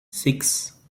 six